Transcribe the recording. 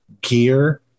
gear